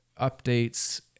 updates